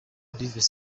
olivier